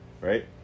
right